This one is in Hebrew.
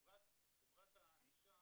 היותר -- -חומרת הענישה